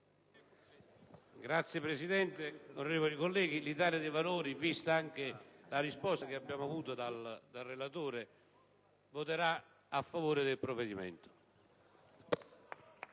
Gruppo dell'Italia dei Valori, vista anche la risposta che abbiamo avuto dal relatore, voterà a favore del provvedimento